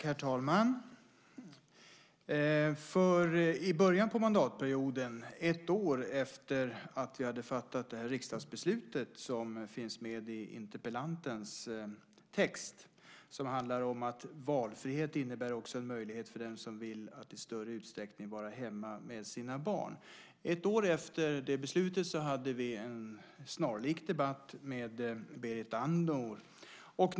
Herr talman! Vi har fattat ett riksdagsbeslut som finns med i interpellantens text och som handlar om att valfrihet innebär en möjlighet också för den som vill vara hemma med sina barn i större utsträckning. I början på mandatperioden, ett år efter det att vi hade fattat beslutet, förde vi en snarlik debatt med Berit Andnor.